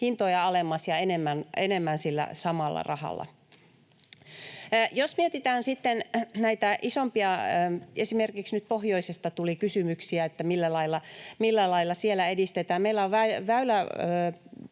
hintoja alemmas ja enemmän sillä samalla rahalla. Jos mietitään sitten näitä isompia... Esimerkiksi nyt pohjoisesta tuli kysymyksiä, että millä lailla siellä edistetään: Väylävirastolla